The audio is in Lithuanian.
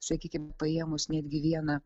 sakykim paėmus netgi vieną